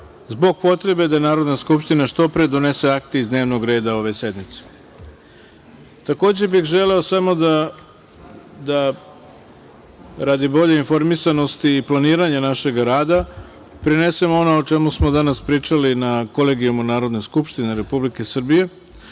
zbog potrebe da Narodna skupština što pre donese akte iz dnevnog reda ove sednice. Takođe bih želeo samo radi bolje informisanosti i planiranja našeg rada prenesem ono o čemu smo danas pričali na Kolegijumu Narodne skupštine Republike Srbije,